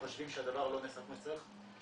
חושבים שהדבר לא נעשה כמו שצריך,